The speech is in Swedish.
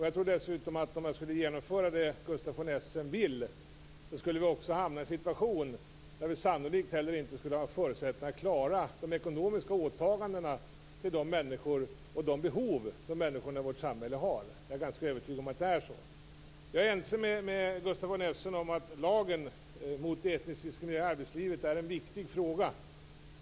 Jag tror dessutom att vi skulle hamna i en situation där vi sannolikt heller inte skulle ha förutsättningarna att klara de ekonomiska åtagandena när det gäller de behov som människorna i vårt samhälle har om vi skulle genomföra det Gustaf von Essen vill. Jag är ganska övertygad om att det är så. Jag är ense med Gustaf von Essen om att lagen mot etnisk diskriminering i arbetslivet är viktig.